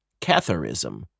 Catharism